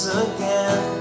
again